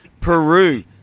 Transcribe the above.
peru